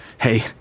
hey